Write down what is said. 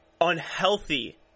unhealthy